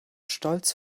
stolz